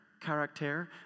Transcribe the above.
Character